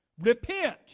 Repent